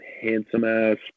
handsome-ass